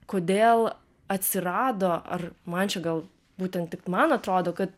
kodėl atsirado ar man čia gal būtent tik man atrodo kad